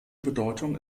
bedeutung